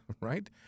Right